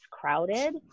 crowded